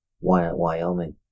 Wyoming